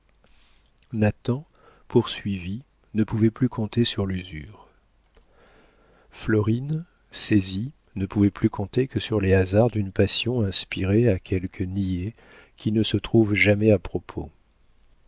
nathan poursuivi ne pouvait plus compter sur l'usure florine saisie ne pouvait plus compter que sur les hasards d'une passion inspirée à quelque niais qui ne se trouve jamais à propos